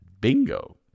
Bingo